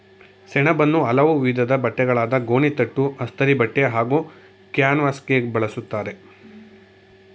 ಸೆಣಬನ್ನು ಹಲವು ವಿಧದ್ ಬಟ್ಟೆಗಳಾದ ಗೋಣಿತಟ್ಟು ಅಸ್ತರಿಬಟ್ಟೆ ಹಾಗೂ ಕ್ಯಾನ್ವಾಸ್ಗೆ ಬಳುಸ್ತರೆ